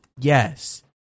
yes